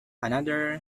another